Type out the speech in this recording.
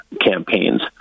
campaigns